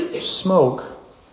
smoke